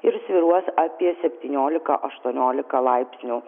ir svyruos apie septyniolika aštuoniolika laipsnių